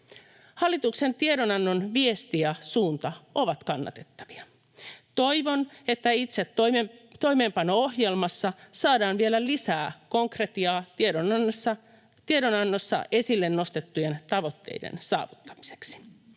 Hallituksen tiedonannon viesti ja suunta ovat kannatettavia. Toivon, että itse toimeenpano-ohjelmassa saadaan vielä lisää konkretiaa tiedonannossa esille nostettujen tavoitteiden saavuttamiseksi.